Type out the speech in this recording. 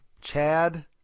Chad